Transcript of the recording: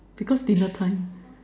because dinner time